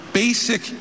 basic